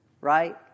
Right